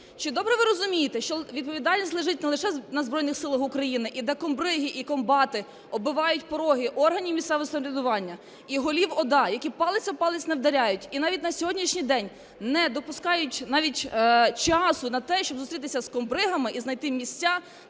Чи добре ви розумієте, що відповідальність лежить не лише на Збройних Силах України, і де комбриги і комбати оббивають пороги органів місцевого самоврядування і голів ОДА, які палець об палець не вдаряють і навіть на сьогоднішній день не допускають навіть часу на те, щоб зустрітися з комбригами і знайти місця